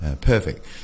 perfect